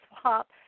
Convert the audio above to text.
swap